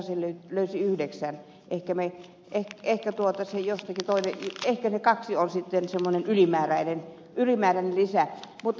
sasi löysi yhdeksän eikä merkki eikä tuota silja ehkä ne kaksi ovat sitten semmoinen ylimääräinen lisä